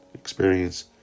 experience